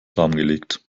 lahmgelegt